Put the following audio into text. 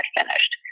finished